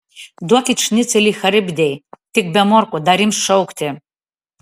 duokit šnicelį charibdei tik be morkų dar ims šaukti